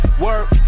work